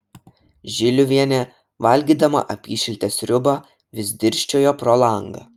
žiliuvienė valgydama apyšiltę sriubą vis dirsčiojo pro langą